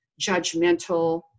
judgmental